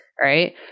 right